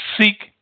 seek